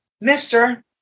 mister